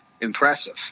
impressive